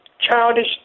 childish